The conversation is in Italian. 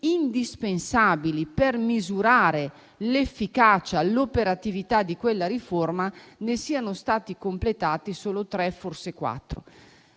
indispensabili per misurare l'efficacia e l'operatività di quella riforma ne siano stati completati solo tre o forse quattro.